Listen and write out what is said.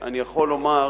אני יכול לומר